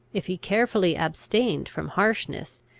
if he carefully abstained from harshness,